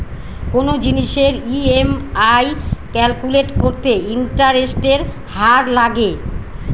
কোনো জিনিসের EMI calculate করতে ইন্টারেস্টের হার লাগে